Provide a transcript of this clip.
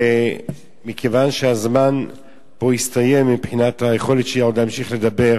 מכיוון שהזמן פה הסתיים מבחינת היכולת שלי להמשיך לדבר,